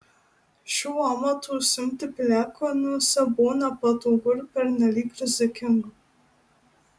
šiuo amatu užsiimti piliakalniuose buvo nepatogu ir pernelyg rizikinga